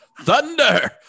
thunder